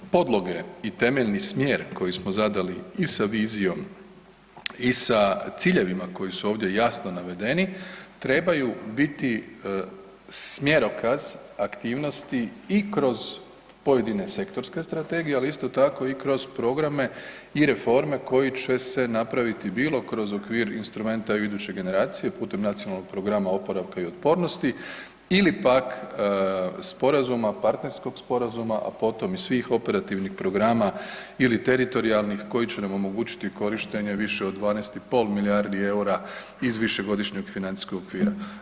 Podloge i temeljni smjer koji smo zadali i sa vizijom i sa ciljevima koji su ovdje jasno navedeni trebaju biti smjerokaz aktivnosti i kroz pojedine sektorske strategije, ali isto tako i kroz programe i reforme koji će se napraviti bilo kroz okvir instrumenta EU Iduće generacije putem nacionalnog programa oporavka i otpornosti ili pak sporazuma, partnerskog sporazuma, a potom i svih operativnih programa ili teritorijalnih koji će nam omogućiti korištenje više od 12,5 milijardi EUR-a iz višegodišnjeg financijskog okvira.